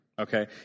Okay